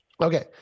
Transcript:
Okay